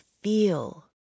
feel